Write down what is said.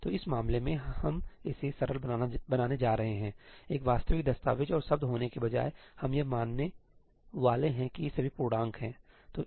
तो इस मामले में हम इसे सरल बनाने जा रहे हैं एक वास्तविक दस्तावेज और शब्द होने के बजाय हम यह मानने वाले हैं कि ये सभी पूर्णांक हैं ठीक